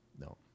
No